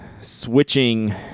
switching